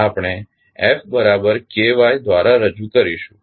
આપણે ftKytદ્રારા રજૂ કરીશું